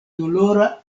dolora